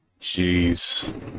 Jeez